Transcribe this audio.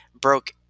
broke